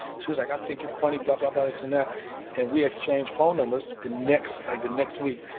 she was like, i think you're funny, blah, blah, blah, this and that. and we exchanged phone numbers. the next, like, the next week,